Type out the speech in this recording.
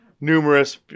numerous